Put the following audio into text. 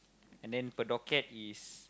and then per docket is